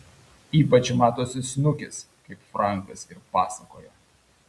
ypač matosi snukis kaip frankas ir pasakojo